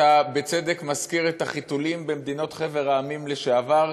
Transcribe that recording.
שאתה בצדק מזכיר את החיתולים בחבר המדינות.